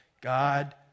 God